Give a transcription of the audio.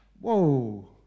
Whoa